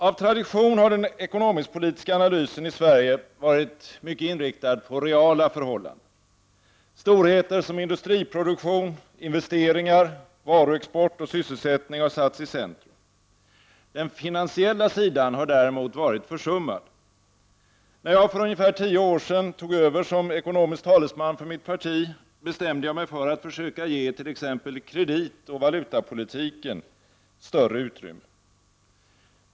Av tradition har den ekonomisk-politiska analysen i Sverige varit inriktad på reala förhållanden. Storheter som industriproduktion, investeringar, varuexport och sysselsättning har satts i centrum. Den finansiella sidan har däremot varit försummad. När jag för ungefär tio år sedan tog över som ekonomisk talesman för mitt parti, bestämde jag mig för att försöka ge t.ex. kredit och valutapolitiken större utrymme.